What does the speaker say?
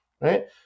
right